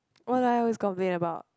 what do I always complain about